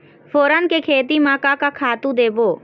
फोरन के खेती म का का खातू देबो?